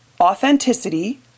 authenticity